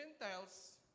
Gentiles